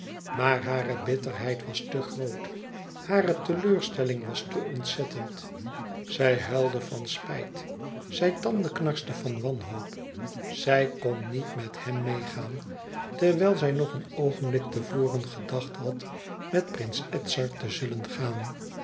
maar hare bitterheid was te groot hare teleurstelling was te ontzettend zij huilde van spijt zij tandeknarste van wanhoop zij kn niet met hem meêgaan terwijl zij nog een oogenblik te voren gedacht had met prins edzard te zullen gaan